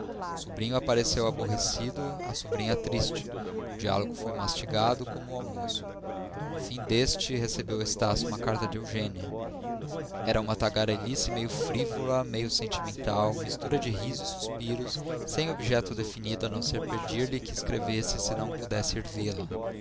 sobrinho apareceu aborrecido a sobrinha triste o diálogo foi mastigado como o almoço no fim deste recebeu estácio uma carta de eugênia era uma tagarelice meio frívola meio sentimental mistura de risos e suspiros sem objeto definido a não ser pedir-lhe que escrevesse se não pudesse